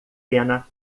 pena